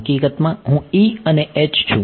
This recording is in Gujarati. હકીકતમાં હું અને છું